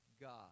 God